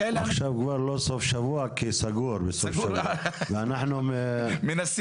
לא בכל סוף שבוע כי בסוף שבוע סגור ואנחנו מבקשים